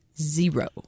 zero